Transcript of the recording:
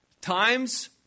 Times